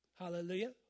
Hallelujah